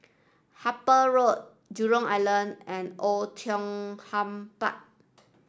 Harper Road Jurong Island and Oei Tiong Ham Park